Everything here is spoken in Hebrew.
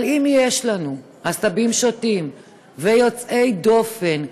אבל אם יש לנו עשבים שוטים ויוצאי דופן,